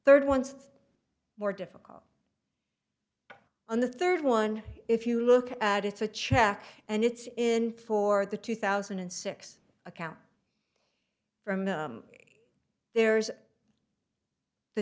third once more difficult on the third one if you look at it's a check and it's in for the two thousand and six account from there's the